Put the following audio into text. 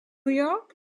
york